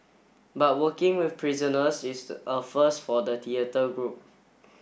but working with prisoners is a first for the theatre group